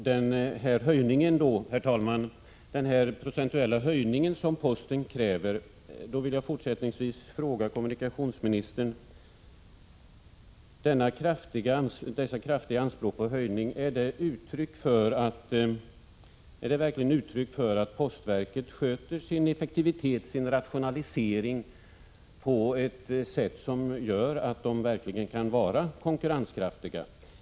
Herr talman! Beträffande den procentuella höjning som posten kräver vill jag fortsättningsvis fråga kommunikationsministern: Är dessa anspråk på kraftiga höjningar uttryck för att posten sköter sin effektivisering och sin rationalisering på ett sätt som gör posten konkurrenskraftig?